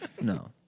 No